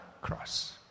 cross